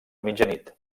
mitjanit